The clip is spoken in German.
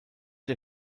der